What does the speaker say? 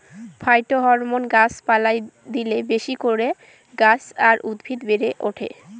phytohormone গাছ পালায় দিলে বেশি করে গাছ আর উদ্ভিদ বেড়ে ওঠে